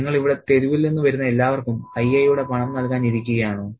നിങ്ങൾ ഇവിടെ തെരുവിൽ നിന്ന് വരുന്ന എല്ലാവർക്കും അയ്യയുടെ പണം നൽകാൻ ഇരിക്കുകയാണോ